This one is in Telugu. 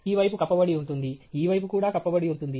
ఈ వైపు కప్పబడి ఉంటుంది ఈ వైపు కూడా కప్పబడి ఉంటుంది